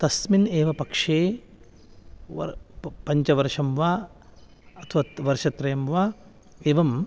तस्मिन् एव पक्षे वर् प पञ्चवर्षं वा अथवा त् वर्षत्रयं वा एवम्